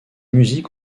musiques